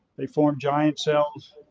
they form giant cells.